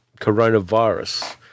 coronavirus